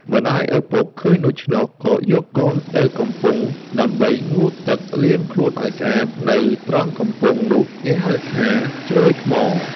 ម្តាយឪពុកឃើញដូច្នោះ ក៏យកកូនចុះទៅកំពង់ដើម្បីងូតទឹកលាងខ្លួនឱ្យស្អាត នៅត្រង់កំពង់នោះគេហៅថា ជ្រោយថ្ម។